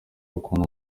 ukuntu